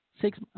six